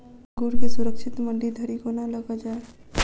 अंगूर केँ सुरक्षित मंडी धरि कोना लकऽ जाय?